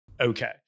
Okay